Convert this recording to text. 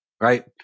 Right